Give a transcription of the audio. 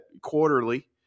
quarterly